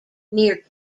near